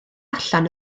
allan